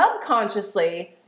subconsciously